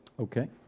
okay,